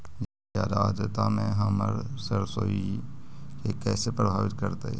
जादा आद्रता में हमर सरसोईय के कैसे प्रभावित करतई?